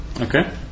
Okay